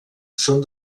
són